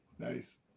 Nice